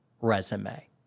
resume